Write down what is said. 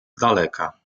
daleka